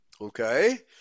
Okay